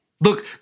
Look